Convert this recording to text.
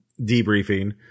debriefing